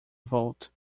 vote